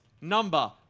number